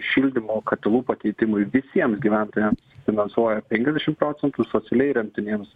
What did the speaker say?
šildymo katilų pakeitimui visiems gyventojams finansuoja penkiasdešim procentų socialiai remtiniems